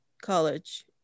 college